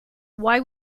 why